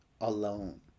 alone